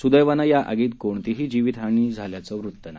सुद्धानं या आगीत कोणतीही जीवितहानी झाल्याचं वृत नाही